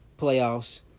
playoffs